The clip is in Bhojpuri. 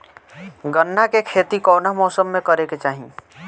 गन्ना के खेती कौना मौसम में करेके चाही?